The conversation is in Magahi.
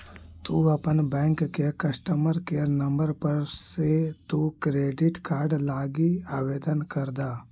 तु अपन बैंक के कस्टमर केयर नंबर पर से तु क्रेडिट कार्ड लागी आवेदन कर द